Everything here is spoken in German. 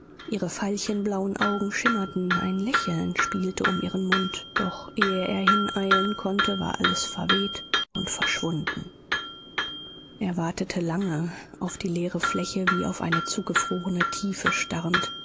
ihre veilchenblauen augen schimmerten ein lächeln spielte um ihren mund doch ehe er hineilen konnte war alles verweht und verschwunden er wartete lange auf die leere fläche wie auf eine zugefrorene tiefe starrend